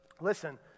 listen